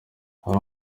hari